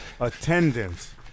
Attendance